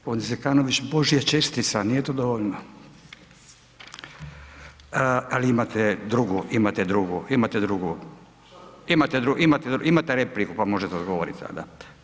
Gospodin Zekanović, božja čestica nije to dovoljno, ali imate drugu, imate drugu, imate drugu, imate repliku pa možete odgovoriti tada.